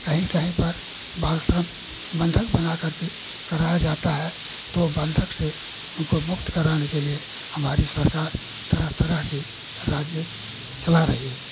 कहीं कहीं पर बाल श्रम बन्धक बना करके कराया जाता है तो वह बन्धक से उनको मुक्त कराने के लिए हमारी सरकार तरह तरह की राजनीति चला रही है